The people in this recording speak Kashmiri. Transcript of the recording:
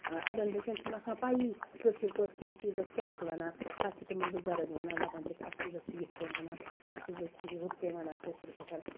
اَڈیٚن بٔچِیَن چھَ نہٕ آسان پیی کٲشِر پٲٹھۍ کُنہِ چیٖزَس کیاہ چھِ وَنان پَتہٕ چھِ تِمَن بُزرگ وَنان دَپان چھِکھ اتھ چیٖزَس چھِ یِتھ کیٚن وَنان اتھ چیٖزَس چھِ ہُتھ پٲٹھۍ وَنان کٲشِر پٲٹھۍ